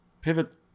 pivot